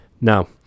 now